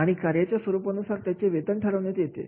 आणि कार्याच्या स्वरूपानुसार त्याचे वेतन ठरवण्यात येते